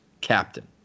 captain